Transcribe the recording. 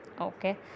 okay